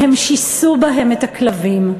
והם שיסו בהם את הכלבים,